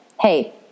Hey